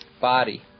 body